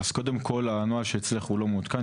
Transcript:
אז קודם כל, הנוהל שיש אצלך הוא לא מעודכן.